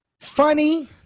funny